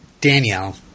Danielle